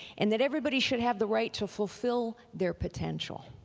and that everybody should have the right to fulfill their potential.